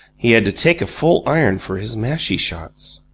he had to take a full iron for his mashie shots.